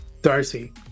Darcy